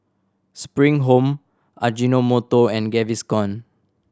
Spring Home Ajinomoto and Gaviscon